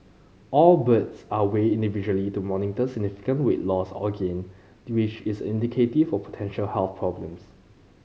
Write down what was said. all birds are weighed individually to monitor significant weight loss or gain which is indicative of potential health problems